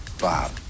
Bob